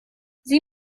sie